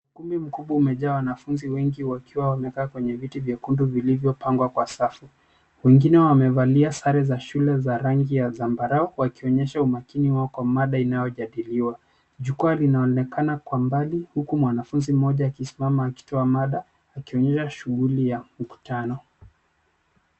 Ukumbi mkubwa umejaa wanafunzi wakiwa wamekaa kwenye viti vya kuundwa, vilivyopangwa kwa safu. Wengine wamevalia sare za shule za rangi ya zambarau wakionyesha umakini wao, kwa mada inayojadiliwa. Jukwaa linaonekana kwa mbali huku mwanafunzi mmoja akismama akitoa mada akionyesha shughuli ya mkutano.